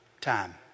time